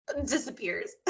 disappears